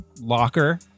locker